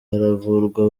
baravurwa